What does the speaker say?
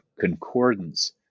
concordance